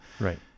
Right